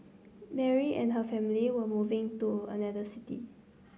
Mary and her family were moving to another city